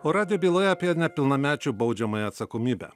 o radijo byloje apie nepilnamečių baudžiamąją atsakomybę